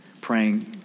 praying